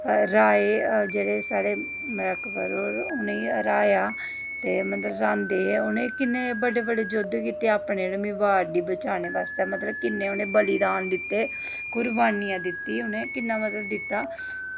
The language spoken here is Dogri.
हराये जेह्ड़े साढ़े अकबर होर उ'नें ई ते मतलब रहांदे हे उ'नें कि'न्ने बड्डे बड्डे युद्ध कीते अपने जेह्ड़े मेवाड़ गी बचाने बास्तै मतलब कि'न्ने उ'नें बलिदान दित्ते कुरबानियां दित्ती कि'न्ना मतलब उ'नें दित्ता